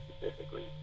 specifically